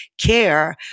care